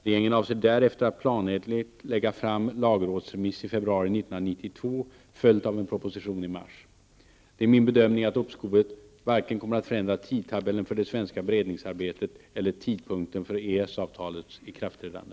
Regeringen avser därefter att planenligt lägga fram lagrådsremiss i februari 1992, följd av en proposition i mars. Det är min bedömning att uppskovet inte kommer att förändra vare sig tidtabellen för det svenska beredningsarbetet eller tidpunkten för EES-avtalets ikraftträdande.